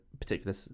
particular